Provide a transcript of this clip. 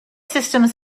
systems